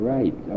Right